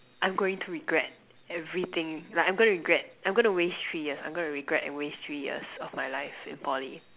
I'm going to regret everything like I'm going regret I'm going to waste three years I'm going to regret and waste three years of my life in Poly